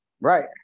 right